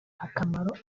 akamaro